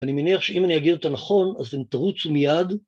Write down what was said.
אני מניח שאם אני אגיד אותה נכון, אז אתם תרוצו מיד